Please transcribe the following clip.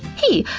hey,